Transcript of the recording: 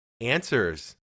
answers